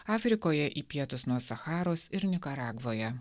afrikoje į pietus nuo sacharos ir nikaragvoje